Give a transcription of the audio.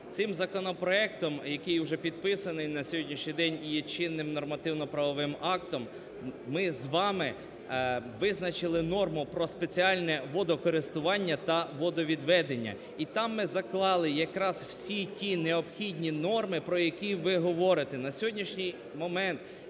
Цим законопроектом, який уже підписаний на сьогоднішній день і є чинним нормативно-правовим актом, ми з вами визначили норму про спеціальне водокористування та водовідведення. І там ми заклали якраз всі ті необхідні норми, про які ви говорите. На сьогоднішній момент